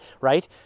right